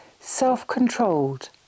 self-controlled